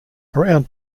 around